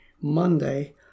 Monday